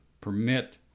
permit